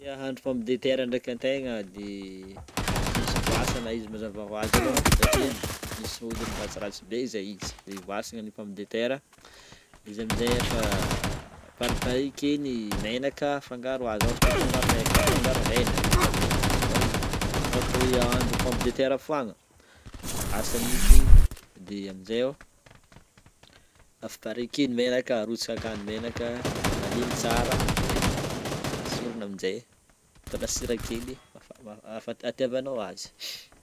Tie ahandro atody amin'ny lapoaly regny na atody asa hoe malaka atody dimy anô de hatoko. Zany hoe zany a,kapohana vakiana atody aloaka sa atô agnaty bol areky de afagnifagnoroana akao de ataovanao sira hely tsy eky, amin'le hitiavanô azy avao. Efa mafana ny menaka amin'igny de afanaigna ny menaka de arotsakao aminje de avadika avy aila de alefa avy aila de vita